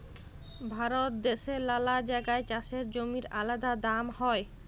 ভারত দ্যাশের লালা জাগায় চাষের জমির আলাদা দাম হ্যয়